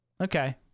Okay